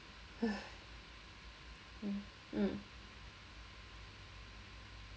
mm